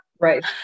right